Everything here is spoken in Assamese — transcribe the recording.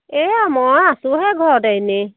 এইয়া মই আছোঁ হে ঘৰতে এনেই